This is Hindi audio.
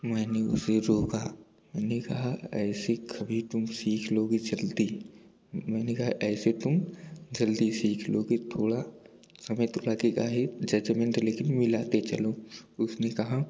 मैने उसे रोका मैने कहा ऐसी कभी तुम सीख लोगे जल्दी मैने कहा ऐसे तुम जल्दी सीख लोगे थोड़ा समय तो लगेगा ही जजमेंट लेकिन मिलाते चलो उसने कहा